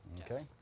Okay